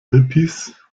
hippies